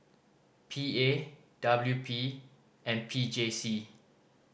P A W P and P J C